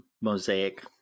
mosaic